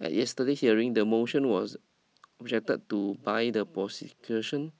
at yesterday hearing the motion was objected to by the prosecution